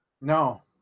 No